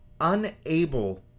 unable